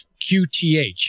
QTH